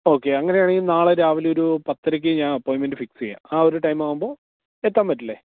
okay അങ്ങനെയാണെങ്കില് നാളെ രാവിലെയൊരു പത്തരയ്ക്ക് ഞാന് അപ്പോയ്ൻമെൻറ്റ് ഫിക്സ് ചെയ്യാം ആ ഒരു ടൈമാകുമ്പോള് എത്താന് പറ്റില്ലേ